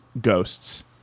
ghosts